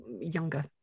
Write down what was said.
younger